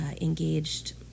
engaged